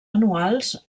anuals